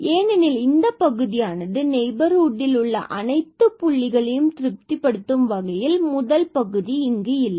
ஏனெனில் இந்த பகுதியானது இந்த நெய்பர்ஹுட் ல் இந்த அனைத்து புள்ளிகளும் திருப்திப்படுத்தும் வகையில் முதல் பகுதி இங்கு இல்லை